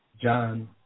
John